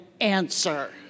answer